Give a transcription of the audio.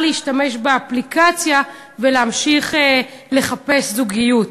להשתמש באפליקציה כדי להמשיך לחפש זוגיות.